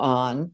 on